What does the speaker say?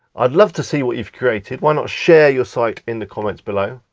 i'd love to see what you've created, why not share your site in the comments below.